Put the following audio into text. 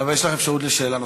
יש לך אפשרות לשאלה נוספת.